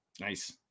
Nice